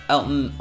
Elton